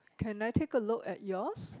can I take a look at yours